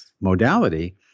modality